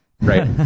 Right